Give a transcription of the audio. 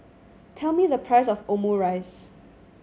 tell me the price of Omurice